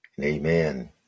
amen